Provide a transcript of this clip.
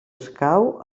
escau